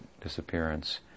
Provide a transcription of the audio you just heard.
disappearance